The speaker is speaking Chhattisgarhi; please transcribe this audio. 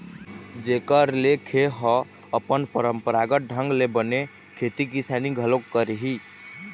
जेखर ले खे ह अपन पंरापरागत ढंग ले बने खेती किसानी घलोक करही